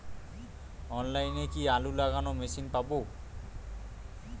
অনলাইনে কি আলু লাগানো মেশিন পাব?